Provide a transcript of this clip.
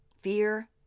fear